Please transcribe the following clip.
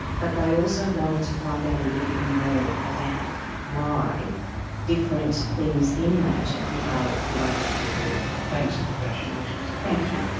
but they also wanted to find out a little bit more about why different things in nature behave the way that they do. thanks, and congratulations. thank you.